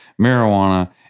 marijuana